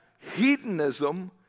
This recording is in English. hedonism